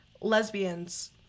lesbians